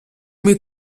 мій